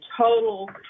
total